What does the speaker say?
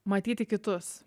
matyti kitus